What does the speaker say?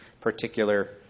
particular